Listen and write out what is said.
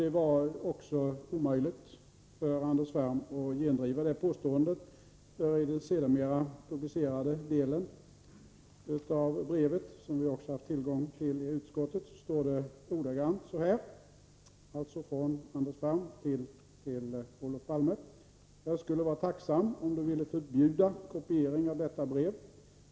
Det var också omöjligt för Anders Ferm att gendriva detta påstående, eftersom det i den sedermera publicerade delen av brevet från honom till Olof Palme, som vi haft tillgång till i utskottet, ordagrant står följande: ”Jag skulle vara tacksam om Du ville förbjuda kopiering av detta brev.